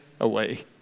away